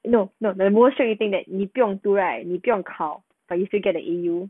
no no no the most you think that 你不用读 right 你不用考 but you still get the A_U